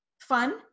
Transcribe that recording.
fun